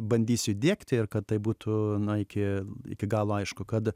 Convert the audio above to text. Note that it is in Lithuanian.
bandysiu įdiegti ir kad tai būtų na iki iki galo aišku kad